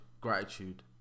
gratitude